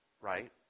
right